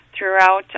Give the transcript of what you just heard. throughout